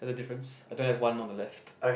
there's a difference I don't have one on the left